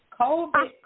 COVID